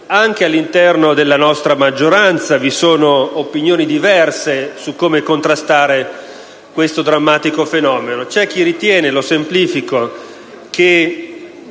anche all'interno della nostra maggioranza vi sono opinioni diverse sul modo in cui contrastare questo drammatico fenomeno.